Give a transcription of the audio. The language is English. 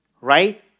Right